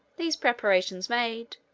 these preparations made,